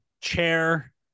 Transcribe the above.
chair